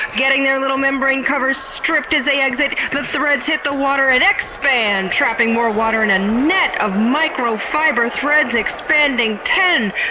getting their little membrane covers stripped as they exit. the threads hit the water and exxxxpand, trapping more water in a net of microfiber threads, expanding ten!